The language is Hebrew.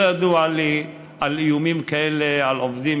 לא ידוע לי על איומים כאלה על עובדים,